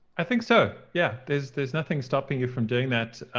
i think so. yeah. there's there's nothing stopping you from doing that.